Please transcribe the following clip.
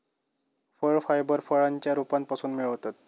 फळ फायबर फळांच्या रोपांपासून मिळवतत